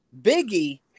Biggie